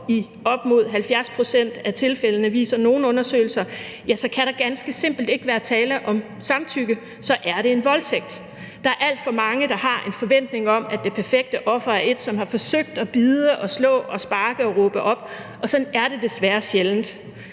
i op mod 70 pct. af tilfældene, viser nogle undersøgelser – kan der ganske simpelt ikke være tale om samtykke, så er det en voldtægt. Der er alt for mange, der har en forventning om, at det perfekte offer er et, som har forsøgt at bide og slå og sparke og råbe op, og sådan er det desværre sjældent.